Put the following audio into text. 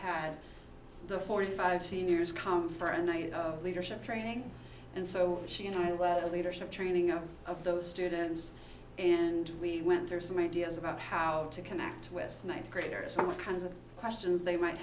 had the forty five seniors come for a night of leadership training and so she and i was a leadership training up of those students and we went through some ideas about how to connect with th graders some what kinds of questions they might